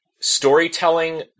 storytelling